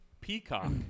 Peacock